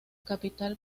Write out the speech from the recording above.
capital